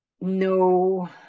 no